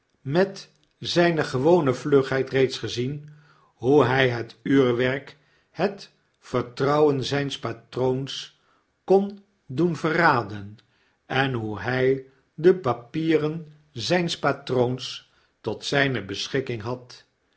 met zyne gewone vlugheid reeds gezien hoehijhetuurwerkhet vertrouwen zyns pafcroons kon doen verraden en hoe hy de papieren zijns patroons tot zyne beschikking had